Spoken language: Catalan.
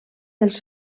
dels